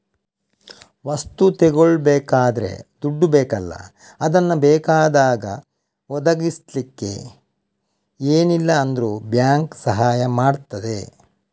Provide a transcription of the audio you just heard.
ವಸ್ತು ತಗೊಳ್ಬೇಕಾದ್ರೆ ದುಡ್ಡು ಬೇಕಲ್ಲ ಅದನ್ನ ಬೇಕಾದಾಗ ಒದಗಿಸಲಿಕ್ಕೆ ಏನಿಲ್ಲ ಅಂದ್ರೂ ಬ್ಯಾಂಕು ಸಹಾಯ ಮಾಡ್ತದೆ